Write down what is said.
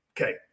Okay